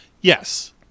yes